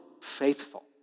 faithful